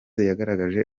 yagaragaye